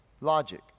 logic